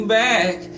back